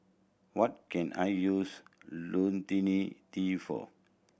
what can I use Lonil T for